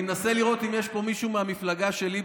אני מנסה לראות אם יש פה מישהו מהמפלגה של ליברמן,